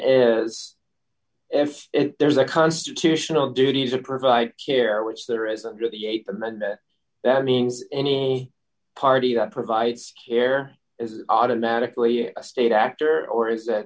is if there is a constitutional duty to provide care which there is under the th and then that means any party that provides care is automatically a state actor or is that